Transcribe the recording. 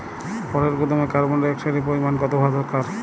ফলের গুদামে কার্বন ডাই অক্সাইডের পরিমাণ কত হওয়া দরকার?